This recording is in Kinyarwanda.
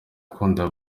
ukundwa